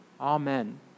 Amen